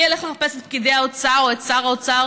מי ילך לחפש את פקידי האוצר או את שר האוצר